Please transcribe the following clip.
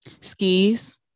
Skis